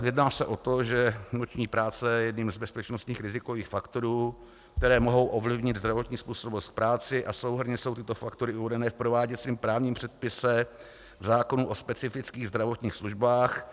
Jedná se o to, že noční práce je jedním z bezpečnostních rizikových faktorů, které mohou ovlivnit zdravotní způsobilost k práci, a souhrnně jsou tyto faktory uvedeny v prováděcím právním předpise, v zákoně o specifických zdravotních službách.